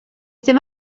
ddim